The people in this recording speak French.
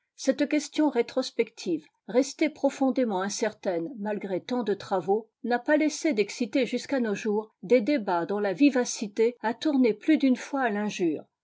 cette question rétrospective restée profondément incertaine malgré tant de travaux n'a pas laissé d'exciter jusqu'à nos jours des débats dont la vivacité a tourné plus d'une fois à l'injure